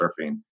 surfing